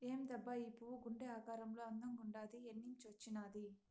ఏందబ్బా ఈ పువ్వు గుండె ఆకారంలో అందంగుండాది ఏన్నించొచ్చినాది